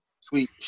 sweet